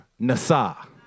Nasa